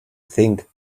think